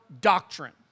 doctrine